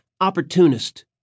opportunist